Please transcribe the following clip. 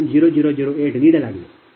0008 ನೀಡಲಾಗಿದೆ